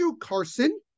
Carson